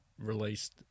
released